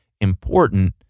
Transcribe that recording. important